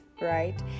right